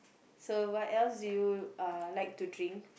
so what else do you uh like to drink